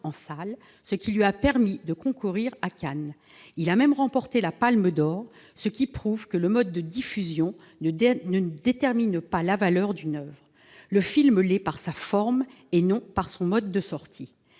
en salles, ce qui lui a permis de concourir à Cannes. Il a même remporté la Palme d'or, ce qui prouve que le mode de diffusion ne détermine pas la valeur d'une oeuvre ; un film vaut par sa forme. Du reste, cette exigence de sortie